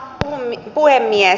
arvoisa puhemies